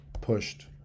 pushed